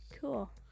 Cool